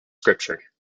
scripture